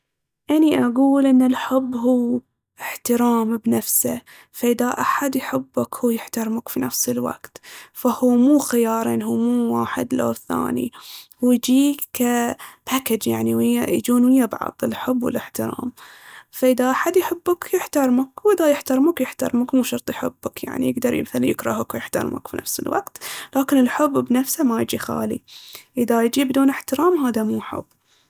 أني اقول ان الحب هو احترام بنفسه. فإذا أحد يحبك هو يحترمك في نفس الوقت، فهو مو خيارين هو مو واحد لو الثاني. هو يجي كباكج يعني ويا- يجون ويا بعض الحب والاحترام. فإذا احد يحبك يحترمك، واذا يحترمك يحترمك مو شرط يحبك يعني، يقدر مثلاً يكرهك ويحترمك في نفس الوقت. لكن الحب بنفسه ما يجي خالي، اذا يجي بدون احترام هاذا مو حب.